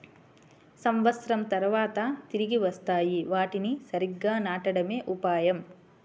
సంవత్సరం తర్వాత తిరిగి వస్తాయి, వాటిని సరిగ్గా నాటడమే ఉపాయం